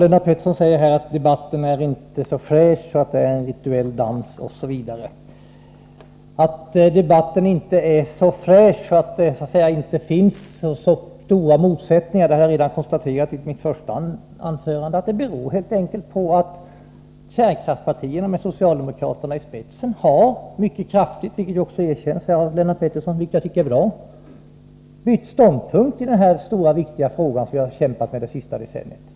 Lennart Pettersson säger att debatten inte är så fräsch, att det är en rituell dans osv. Att debatten inte är så fräsch och att det inte finns så stora motsättningar beror helt enkelt på att kärnkraftspartierna med socialdemokraterna i spetsen mycket kraftigt har bytt ståndpunkt i denna stora, viktiga fråga som vi har kämpat med det senaste decenniet.